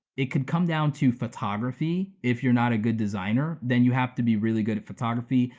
it could come down to photography. if you're not a good designer, then you have to be really good at photography,